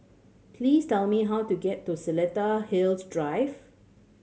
please tell me how to get to Seletar Hills Drive